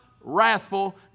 wrathful